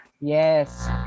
Yes